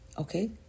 okay